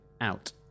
out